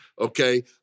okay